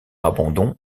abandon